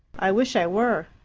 i wish i were.